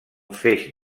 feix